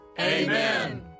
Amen